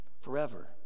Forever